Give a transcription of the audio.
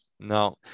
No